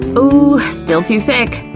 ooh, still too thick!